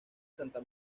santa